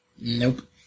Nope